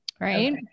right